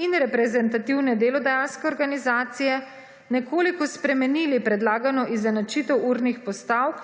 in reprezentativne delodajalske organizacije, nekoliko spremenili predlagano izenačitev urnih postavk,